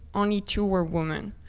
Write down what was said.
only two where women.